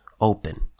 open